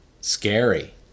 scary